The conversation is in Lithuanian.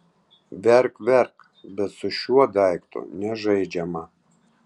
verk verk bet su šiuo daiktu nežaidžiama